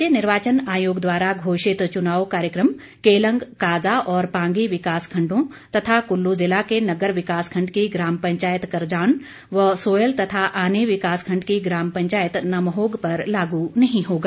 राज्य निर्वाचन आयोग द्वारा घोषित चुनाव कार्यक्रम केलंग काजा और पांगी विकास खंडों तथा कुल्लू ज़िला के नग्गर विकास खंड की ग्राम पंचायत करजान व सोयल तथा आनी विकास खंड की ग्राम पंचायत नम्होग पर लागू नहीं होगा